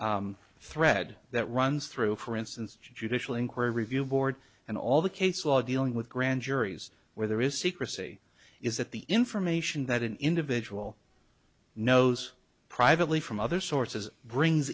thread that runs through for instance judicial inquiry review board and all the case law dealing with grand juries where there is secrecy is that the information that an individual knows privately from other sources brings